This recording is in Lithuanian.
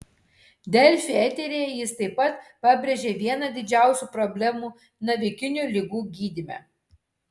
delfi eteryje jis taip pat pabrėžė vieną didžiausių problemų navikinių ligų gydyme